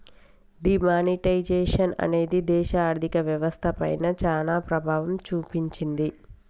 D monetisation అనేది దేశ ఆర్ధిక వ్యవస్థ పైన చానా ప్రభావం చూపించింది